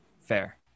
Fair